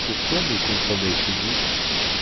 pourquoi me compromettez vous